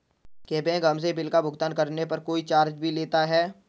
क्या बैंक हमसे बिल का भुगतान करने पर कोई चार्ज भी लेता है?